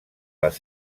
les